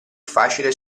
facile